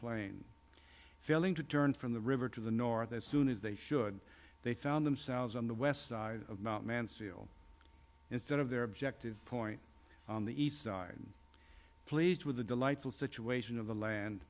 champlain failing to turn from the river to the north as soon as they should they found themselves on the west side of mt mansfield instead of their objective point on the east side pleased with the delightful situation of the land